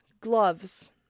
gloves